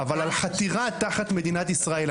אבל על חתירה תחת מדינת ישראל,